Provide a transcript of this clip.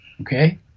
Okay